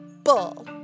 bull